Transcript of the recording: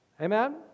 Amen